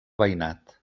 veïnat